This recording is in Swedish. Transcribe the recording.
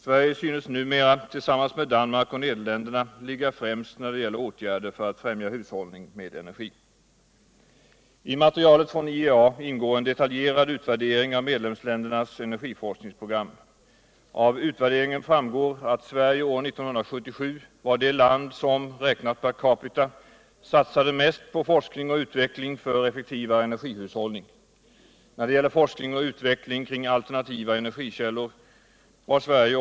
Sveriges synes numera tillsammans med Danmark och Nederländerna ligga främst när det gäller åtgärder för att främja hushållning med energi. I materialet från IEA ingår en detaljerad utvärdering av medlemsländernas energiforskningsprogram. Av utvärderingen framgår att Sverige år 1977 var det land som, räknat per capita, satsade mest på forskning och utveckling för effektivare energihushållning. När det gäller forskning och utveckling kring alternativa energikällor var Sverige.